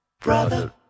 brother